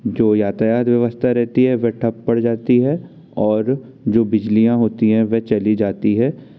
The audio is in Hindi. जो यातायात व्यवस्था रहती है वह ठप पड़ जाती हैं और जो बिजलियाँ होती है वे चली जाती हैं